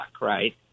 right